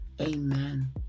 amen